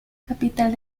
capital